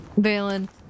Valen